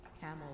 Camel